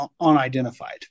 unidentified